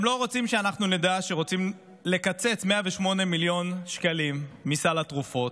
הם לא רוצים שאנחנו נדע שרוצים לקצץ 108 מיליוני שקלים מסל התרופות,